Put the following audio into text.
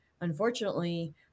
unfortunately